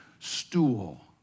Stool